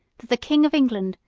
that the king of england,